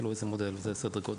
תלוי איזה סדר גודל.